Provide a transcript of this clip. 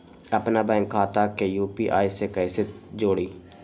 अपना बैंक खाता के यू.पी.आई से कईसे जोड़ी?